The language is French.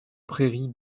prairie